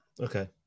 Okay